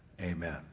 amen